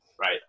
Right